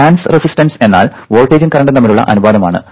trans resistance എന്നാൽ വോൾട്ടേജും കറന്റും തമ്മിലുള്ള അനുപാതമാണ്